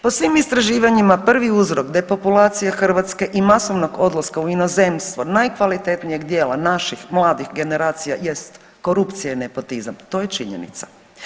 Po svim istraživanjima prvi uzrok da je populacija Hrvatske i masovnog odlaska u inozemstvo najkvalitetnijeg dijela naših mladih generacija jest korupcija i nepotizam, to je činjenica.